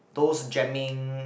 those jamming